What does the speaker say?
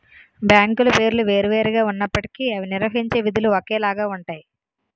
బ్యాంకుల పేర్లు వేరు వేరు గా ఉన్నప్పటికీ అవి నిర్వహించే విధులు ఒకేలాగా ఉంటాయి